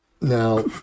Now